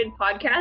Podcast